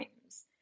times